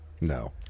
No